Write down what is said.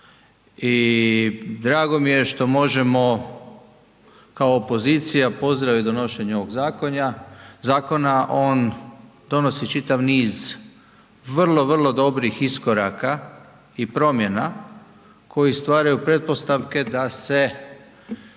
i drago mi je što možemo kao opozicija pozdraviti donošenje ovog zakona. On donosi čitav niz vrlo, vrlo dobrih iskoraka i promjena koje stvaraju pretpostavke da se,